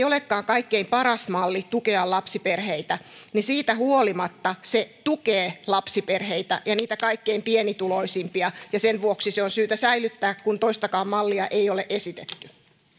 olekaan kaikkein paras malli tukea lapsiperheitä niin siitä huolimatta se tukee lapsiperheitä ja niitä kaikkein pienituloisimpia sen vuoksi se on syytä säilyttää kun toistakaan mallia ei ole esitetty